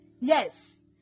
Yes